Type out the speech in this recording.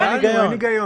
אין היגיון.